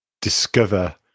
discover